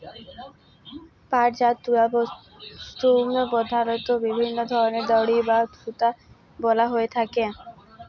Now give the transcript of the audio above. পাটজাত তলতুগুলাল্লে পধালত বিভিল্ল্য ধরলের দড়ি বা সুতা বলা হ্যঁয়ে থ্যাকে